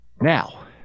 Now